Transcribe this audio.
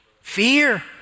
fear